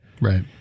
Right